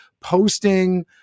posting